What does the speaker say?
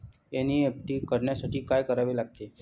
NEFT करण्यासाठी काय करावे लागते?